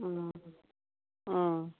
অঁ অঁ